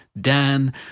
Dan